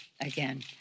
again